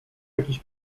jakiś